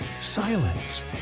silence